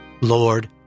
Lord